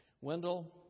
Wendell